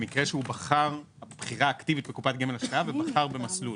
במקרה של בחירה אקטיבית בקופת גמל השקעה ובחר במסלול